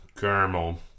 Caramel